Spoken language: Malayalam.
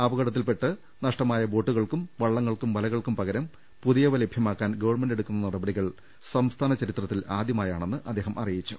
അപകടത്തിൽപെട്ട് നഷ്ടമായ ബോട്ടുകൾക്കും വള്ള ങ്ങൾക്കും വലകൾക്കും പകരം പുതിയത് ലഭ്യമാക്കാൻ ഗവൺമെന്റ് എടുക്കുന്ന നടപടികൾ സംസ്ഥാന ചരിത്രത്തിൽ ആദ്യമായാണെന്നും അദ്ദേഹം അറിയിച്ചു